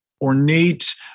ornate